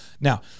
Now